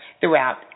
throughout